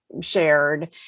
shared